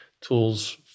tools